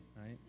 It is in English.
Right